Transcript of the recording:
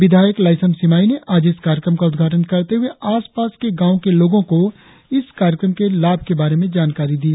विधायक लाइसम सिमाई ने इस कार्यक्रम का उद्घाटन करते हुए आसपास के तेईस गांव के लोगों को इस कार्यक्रम के लाभ बारे में जानकारी दी